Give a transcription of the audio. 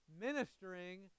ministering